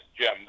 Jim